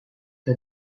the